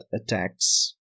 attacks